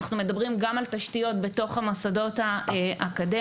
אנחנו מדברים גם על תשתיות בתוך המוסדות האקדמיים.